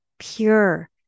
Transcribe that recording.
pure